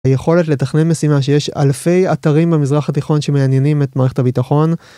היכולת לתכנן משימה שיש אלפי אתרים במזרח התיכון שמעניינים את מערכת הביטחון.